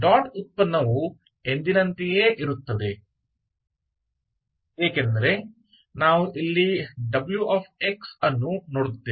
dot product हमेशा की तरह समान है क्योंकि हमें जांचने के लिए हम यहां wx और wx1 देखते हैं